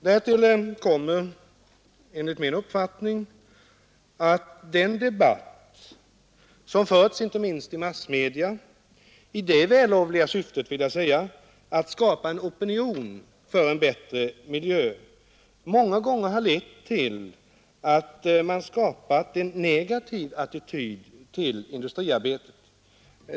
Därtill kommer enligt min uppfattning att den debatt som förts, inte minst i massmedia, i det vällovliga syftet att skapa en opinion för bättre miljö många gånger lett till att man skapat en negativ attityd till industriarbetet.